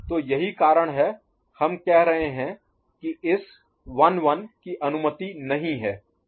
तो यही कारण है हम कह रहे हैं कि इस 1 1 कि अनुमति नहीं है